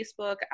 Facebook